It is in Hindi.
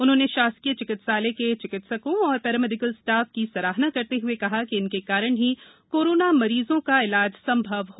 उन्होंने शासकीय चिकित्सालय के चिकित्सकों तथा पैरामेडिकल स्टाफ की सराहना करते हये कहा कि इनके कारण ही कप्रामा मरीजों का इलाज संभव है